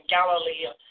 Galilee